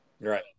Right